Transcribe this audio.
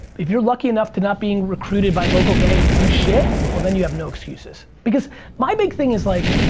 if you're lucky enough to not be recruited by local gangs to do shit well then you have no excuses because my big thing is like